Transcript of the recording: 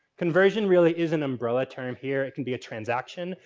conversion really is an umbrella term here. it can be a transaction,